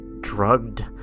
drugged